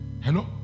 Hello